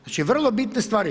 Znači vrlo bitne stvari.